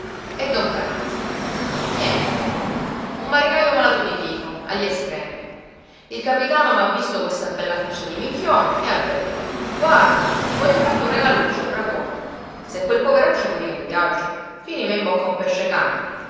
e don paranza niente un marinajo malato di tifo agli estremi il capitano m'ha visto questa bella faccia di minchione e ha detto guarda voglio farti un regaluccio brav'uomo se quel poveraccio moriva in viaggio finiva in bocca a un pesce-cane